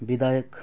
विधायक